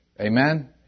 Amen